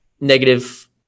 negative